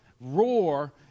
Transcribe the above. roar